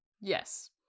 Yes